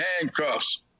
handcuffs